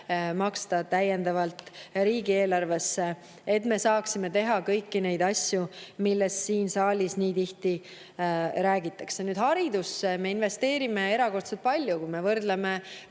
maksta täiendavalt [makse] riigieelarvesse, et me saaksime teha kõiki neid asju, millest siin saalis nii tihti räägitakse. Haridusse investeerime me erakordselt palju. Kui me võrdleme